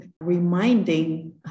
reminding